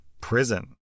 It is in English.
prison